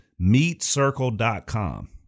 meetcircle.com